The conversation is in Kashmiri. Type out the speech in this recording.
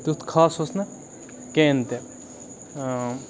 تیُتھ خاص اوس نہٕ کِہیٖنۍ تہِ